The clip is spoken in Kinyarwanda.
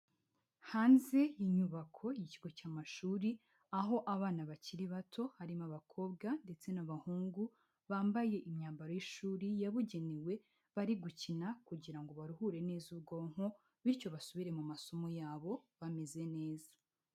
Hanze y'inyubako y'ikigo cy'amashuri aho abana bakiri bato harimo abakobwa ndetse n'abahungu bambaye imyambaro y'ishuri yabugenewe, bari gukina kugira ngo baruhure neza ubwonko bityo basubire mu masomo yabo bameze neza.